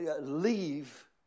leave